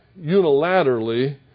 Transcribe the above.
unilaterally